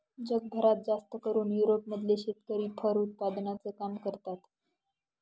जगभरात जास्तकरून युरोप मधले शेतकरी फर उत्पादनाचं काम करतात